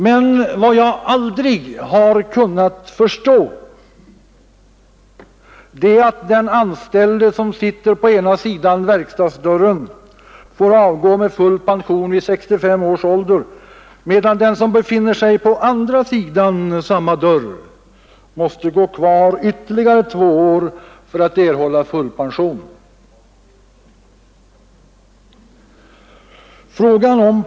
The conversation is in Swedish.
Men vad jag aldrig har kunnat förstå är att den anställde som sitter på ena sidan om verkstadsdörren får avgå med full pension vid 65 års ålder, medan den som befinner sig på andra sidan om samma dörr måste gå kvar ytterligare två år för att få full pension.